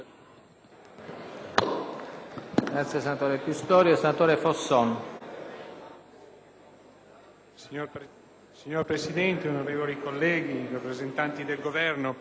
Signor Presidente, onorevoli colleghi, rappresentanti del Governo, l'esame del disegno di legge finanziaria si sta svolgendo nel pieno di una tempesta finanziaria